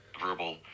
verbal